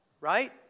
right